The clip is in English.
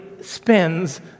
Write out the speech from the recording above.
spends